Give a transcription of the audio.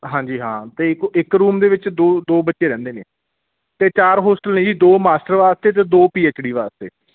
ਹਾਂਜੀ ਹਾਂ ਅਤੇ ਇੱਕ ਉਹ ਇੱਕ ਰੂਮ ਦੇ ਵਿੱਚ ਦੋ ਦੋ ਬੱਚੇ ਰਹਿੰਦੇ ਨੇ ਅਤੇ ਚਾਰ ਹੋਸਟਲ ਨੇ ਜੀ ਦੋ ਮਾਸਟਰ ਵਾਸਤੇ ਅਤੇ ਦੋ ਪੀ ਐੱਚ ਡੀ ਵਾਸਤੇ